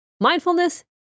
mindfulness